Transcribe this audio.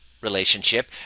relationship